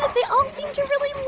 ah they all seem to really